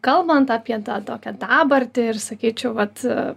kalbant apie tą tokią dabartį ir sakyčiau vat